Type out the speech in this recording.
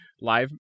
Live